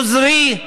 עוזרי,